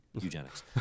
eugenics